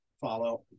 follow